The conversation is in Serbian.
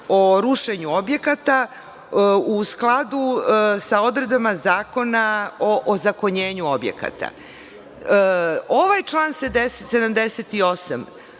o rušenju objekata u skladu sa odredbama Zakona o ozakonjenju objekata? Ovaj član 78,